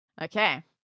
Okay